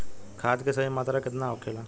खाद्य के सही मात्रा केतना होखेला?